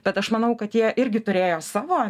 bet aš manau kad jie irgi turėjo savo